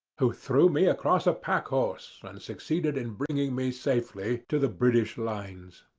who threw me across a pack-horse, and succeeded in bringing me safely to the british lines.